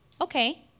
okay